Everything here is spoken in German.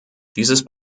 dieses